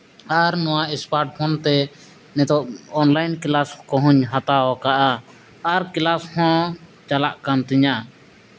ᱟᱨ ᱱᱚᱣᱟ ᱥᱢᱟᱨᱴᱯᱷᱳᱱ ᱛᱮ ᱱᱤᱛᱚᱜ ᱚᱱᱞᱟᱭᱤᱱ ᱠᱞᱟᱥ ᱠᱚᱦᱚᱸᱧ ᱦᱟᱛᱟᱣ ᱟᱠᱟᱫᱼᱟ ᱟᱨ ᱠᱞᱟᱥ ᱦᱚᱸ ᱪᱟᱞᱟᱜ ᱠᱟᱱ ᱛᱤᱧᱟᱹ